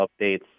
updates